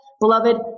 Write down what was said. Beloved